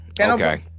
Okay